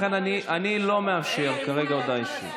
לכן אני לא מאפשר כרגע הודעה אישית.